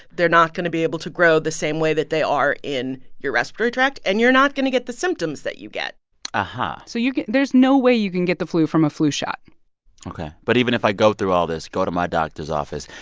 they're not going to be able to grow the same way that they are in your respiratory tract and you're not going to get the symptoms that you get uh-huh so you there's no way you can get the flu from a flu shot ok. but even if i go through all this, go to my doctor's office,